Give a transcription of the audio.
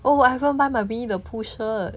oh I haven't buy mummy the pooh shirt